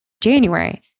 January